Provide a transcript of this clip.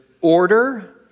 order